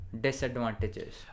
disadvantages